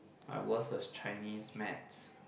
my worst was Chinese maths